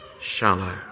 shallow